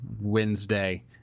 Wednesday